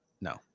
No